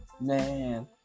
Man